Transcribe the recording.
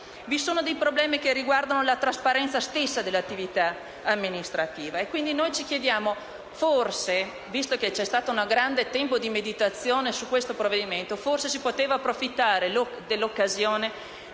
Vi sono problemi che riguardano la trasparenza stessa dell'attività amministrativa. Quindi, noi ci diciamo che forse, visto che c'è stato il tempo di meditazione su questo provvedimento, si poteva approfittare dell'occasione